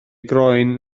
groen